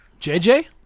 JJ